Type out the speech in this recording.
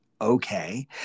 okay